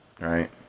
right